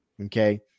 Okay